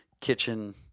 kitchen